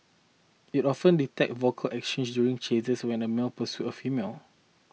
it often detected vocal exchanges during chases when a male pursue a female